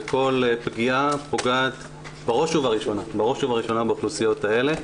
וכל פגיעה פוגעת בראש ובראשונה באוכלוסיות האלה,